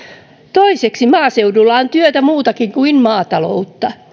toiseksi maaseudulla on muutakin työtä kuin maataloutta